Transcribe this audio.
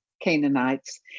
canaanites